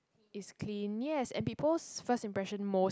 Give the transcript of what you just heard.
is clean yes and people's first impression most~